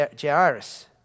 Jairus